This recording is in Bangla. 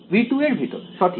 V2 এর ভিতর সঠিক